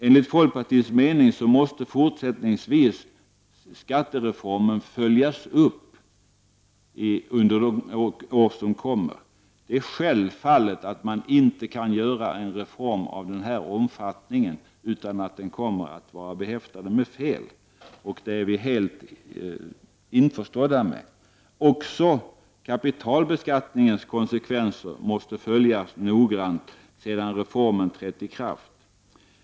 Enligt folkpartiets mening måste fortsättningsvis skattereformen följas upp under de år som kommer. Det är självklart att det inte går att genomföra en reform av denna omfattning utan att den kommer att vara behäftad med fel. Det är vi helt införstådda med. Också kapitalbeskattningens konsekvenser måste följas noggrant sedan reformen trätt i kraft.